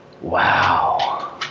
Wow